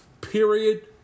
Period